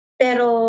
pero